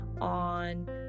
on